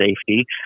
safety